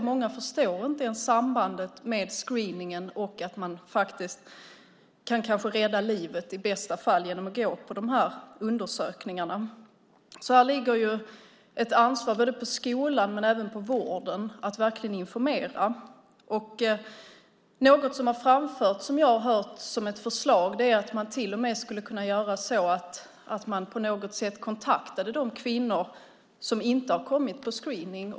Många förstår inte ens sambandet mellan screeningen och att man faktiskt i bästa fall kan rädda livet genom att gå på de här undersökningarna. Så här ligger det ett ansvar på skolan men även på vården att verkligen informera. Något som har framförts, som jag har hört som ett förslag, är att man till och med på något sätt skulle kunna kontakta de kvinnor som inte har kommit till screeningen.